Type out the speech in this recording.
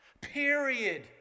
period